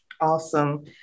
Awesome